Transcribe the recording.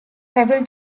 several